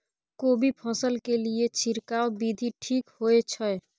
कोबी फसल के लिए छिरकाव विधी ठीक होय छै?